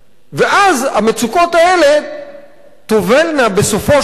ואז המצוקות האלה תובלנה בסופו של דבר,